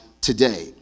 today